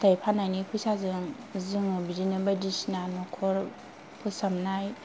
फिथाय फाननायनि फैसाजों जोङो बिदिनो बायदिसिना न'खर फोसाबनाय